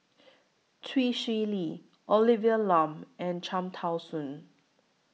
Chee Swee Lee Olivia Lum and Cham Tao Soon